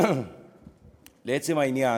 לעצם העניין,